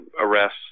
arrests